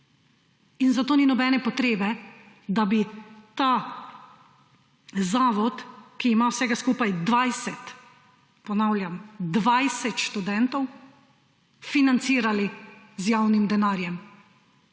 Zato ni nobene potrebe, da bi ta zavod, ki ima vsega skupaj 20, ponavljam, 20 študentov, financirali z javnim denarjem.